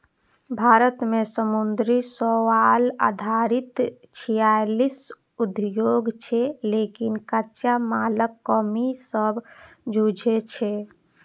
भारत मे समुद्री शैवाल आधारित छियालीस उद्योग छै, लेकिन कच्चा मालक कमी सं जूझै छै